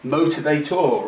Motivator